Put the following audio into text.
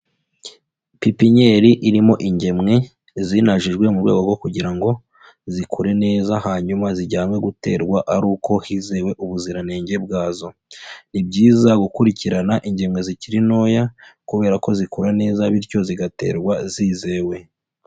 Pipinyeri irimo ingemwe zinajijwe mu rwego rwo kugira ngo zikure neza, hanyuma zijyanwe guterwa ari uko hizewe ubuziranenge bwazo. Ni byiza gukurikirana ingemwe zikiri ntoya, kubera ko zikura neza bityo zigaterwa zizewe.